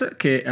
che